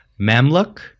Mamluk